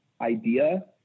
idea